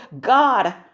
God